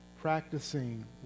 practicing